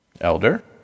Elder